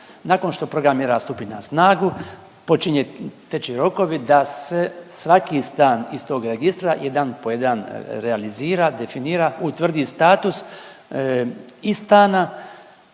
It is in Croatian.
Nakon što program mjera stupi na snagu počinje teku rokovi da se svaki stan iz tog registra jedan po jedan realizira, definira, utvrdi status i stana,